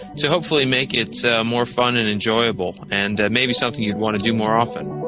to hopefully make it so more fun and enjoyable, and maybe something you'd want to do more often.